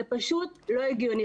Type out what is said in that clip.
זה פשוט לא הגיוני.